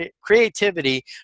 creativity